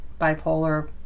bipolar